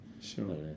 sure